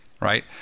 right